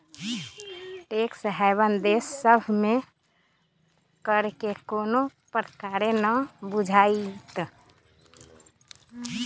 tax haven देश सभ में कर में कोनो प्रकारे न बुझाइत